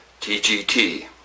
TGT